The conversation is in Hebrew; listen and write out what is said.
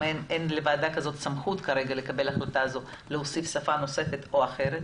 אין לוועדה סמכות לקבל החלטה להוסיף שפה אחרת.